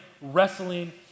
wrestling